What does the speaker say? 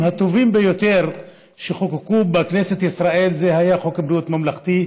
הטובים ביותר שחוקקו בכנסת ישראל הוא חוק בריאות ממלכתי.